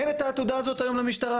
אין את העתודה הזאת היום למשטרה,